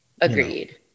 Agreed